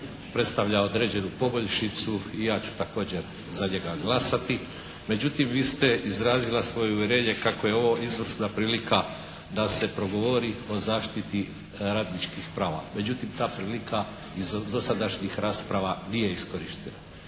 predstavlja određenu poboljšicu i ja ću također za njega glasati međutim vi ste izrazila svoje uvjerenje kako je ovo izvrsna prilika da se progovori o zaštiti radničkih prava. Međutim ta prilika iz dosadašnjih rasprava nije iskorištena.